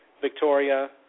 Victoria